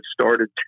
started